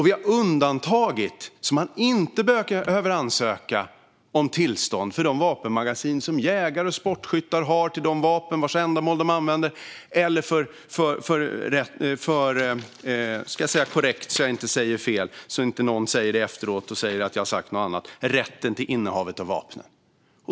För att man inte ska behöva ansöka om tillstånd har vi undantagit de vapenmagasin som jägare och sportskyttar har till de vapen de har tillstånd för och så länge de är avsedda för samma ändamål som tillståndet eller - nu ska jag säga det korrekt så att ingen efteråt kan säga att jag har sagt något annat - för rätten till innehavet av vapnen.